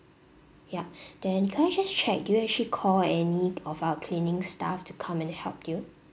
yup then could I just check do you actually call any of our cleaning staff to come and help you